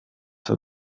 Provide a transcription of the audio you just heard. the